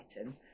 item